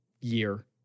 year